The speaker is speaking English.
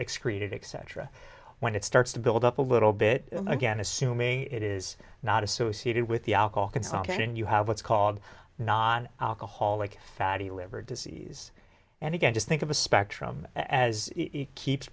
excrete it except for when it starts to build up a little bit again assuming it is not associated with the alcohol consumption and you have what's called non alcoholic fatty liver disease and again just think of a spectrum as keeps